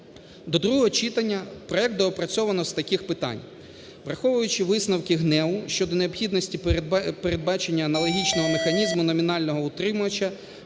До другого читання проект доопрацьовано з таких питань, враховуючи висновки ГНЕУ щодо необхідності передбачення аналогічного механізму номінального утримувача